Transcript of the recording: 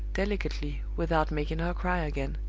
delicately, without making her cry again.